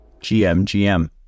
gmgm